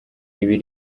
ibi